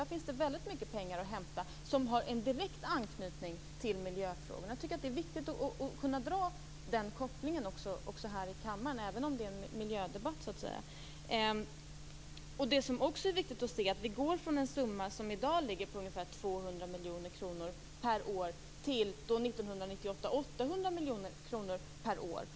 Där finns det mycket pengar att hämta som har en direkt anknytning till miljöfrågorna. Det är viktigt att göra den kopplingen även här i kammaren i en miljödebatt. Det är viktigt att se att vi går från en summa som i dag ligger på 200 miljoner kronor per år till år 1998 med 800 miljoner kronor per år.